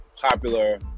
Popular